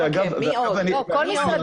מי עוד?